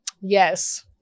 Yes